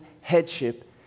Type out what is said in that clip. headship